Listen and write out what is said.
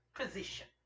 position